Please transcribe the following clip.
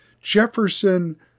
Jefferson